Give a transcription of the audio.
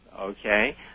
okay